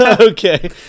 Okay